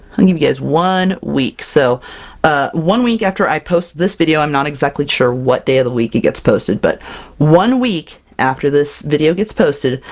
and give you guys one week! so ah one week after i post this video, i'm not exactly sure what day of the week it gets posted, but one week after this video gets posted,